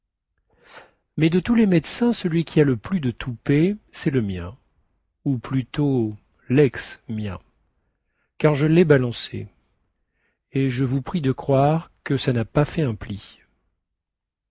mais de tous les médecins celui qui a le plus de toupet cest le mien ou plutôt lex mien car je lai balancé et je vous prie de croire que ça na pas fait un pli